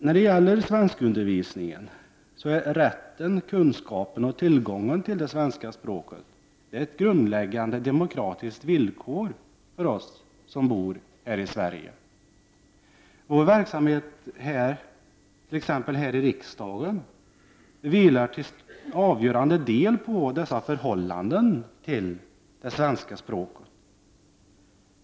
När det gäller svenskundervisningen är rätten till kunskaper i och tillgången till det svenska språket ett grundläggande demokratiskt villkor för oss som bor i Sverige. Vår verksamhet t.ex. här i riksdagen vilar till avgörande del på dessa förhållanden till det svenska språket.